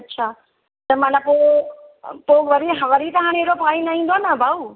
अछा अछा त माना पोइ हाणे पोइ वरी हाणे त अहिड़ो पाणी न ईंदो न भाऊ